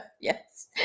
yes